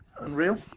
unreal